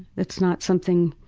it's not something,